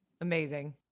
amazing